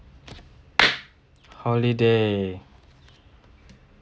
holiday